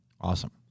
Awesome